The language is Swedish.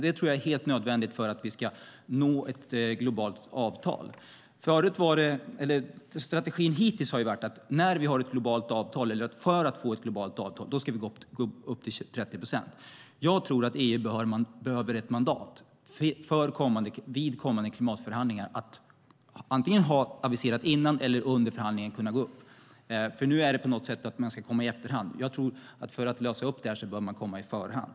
Det tror jag är helt nödvändigt för att vi ska nå fram till ett globalt avtal. Strategin hittills har varit att för att få ett globalt avtal ska vi gå upp till 30 procent. Jag tror att EU behöver ett mandat vid kommande klimatförhandlingar att kunna avisera antingen innan eller under förhandlingen att vi kan gå upp. Nu är det fråga om att komma i efterhand. För att lösa detta bör vi komma i förhand.